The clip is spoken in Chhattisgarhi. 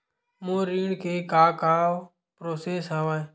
मोर ऋण के का का प्रोसेस हवय?